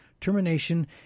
Termination